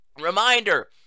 reminder